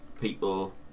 people